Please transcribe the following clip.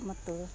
ಮತ್ತು